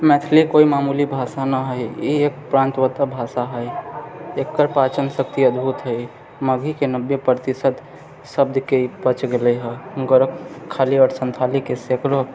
मैथिली कोइ मामूली भाषा ना हइ ई एक प्रान्त वता भाषा है एकर पाचन शक्ति अदभुत हइ मगहीके नबे प्रतिशत शब्दके पचि गेलै हइ आओर सन्थालीके सैकड़ो